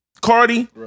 Cardi